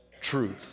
truth